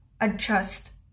adjust